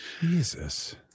Jesus